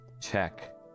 check